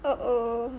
uh oh